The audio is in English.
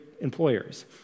employers